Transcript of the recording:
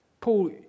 Paul